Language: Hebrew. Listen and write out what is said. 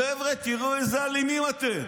חבר'ה, תראו איזה אלימים אתם.